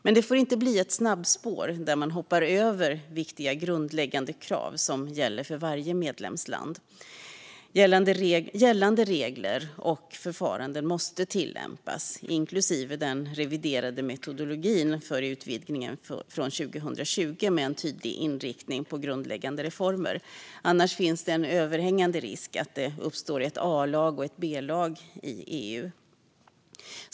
Det får dock inte bli ett snabbspår där man hoppar över viktiga grundläggande krav som gäller för varje medlemsland. Gällande regler och förfaranden måste tillämpas, inklusive den reviderade metodologin för utvidgningen från 2020 med en tydlig inriktning på grundläggande reformer. Annars finns en överhängande risk att det uppstår ett A-lag och ett B-lag i EU.